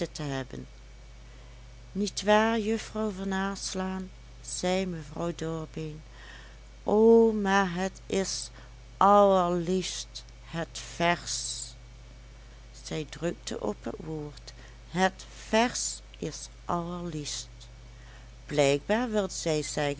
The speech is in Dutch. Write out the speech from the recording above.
te hebben niet waar juffrouw van naslaan zei mevrouw dorbeen o maar het is allerliefst het vèrs zij drukte op het woord het vers is allerliefst blijkbaar wilde zij zeggen